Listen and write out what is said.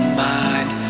mind